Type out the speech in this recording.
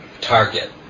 target